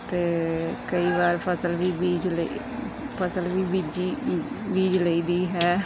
ਅਤੇ ਕਈ ਵਾਰ ਫਸਲ ਵੀ ਬੀਜ਼ ਲਈ ਫਸਲ ਵੀ ਬੀਜ਼ੀ ਬੀਜ਼ ਲਈ ਦੀ ਹੈ